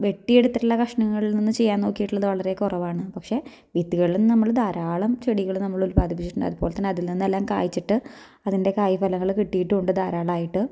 വെട്ടിയെടുത്തിട്ടുള്ള കഷ്ണങ്ങളിൽ നിന്ന് ചെയ്യാൻ നോക്കിയിട്ടുള്ളത് വളരെ കുറവാണ് പക്ഷേ വിത്തുകളിൽ നിന്ന് നമ്മൾ ധാരാളം ചെടികൾ നമ്മൾ ഉൽപ്പാദിപ്പിച്ചിട്ടുണ്ട് അതുപോലെ തന്നെ അതിൽ നിന്നെല്ലാം കായ്ച്ചിട്ട് അതിൻ്റെ കായ്ഫലങ്ങൾ കിട്ടിയിട്ടുണ്ട് ധാരാളമായിട്ട്